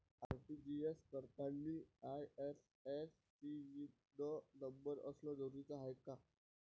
RTGS करतांनी IFSC न number असनं जरुरीच हाय का?